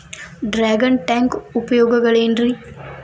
Dragon tank ಉಪಯೋಗಗಳೆನ್ರಿ?